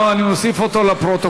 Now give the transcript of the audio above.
אני מוסיף גם אותו לפרוטוקול.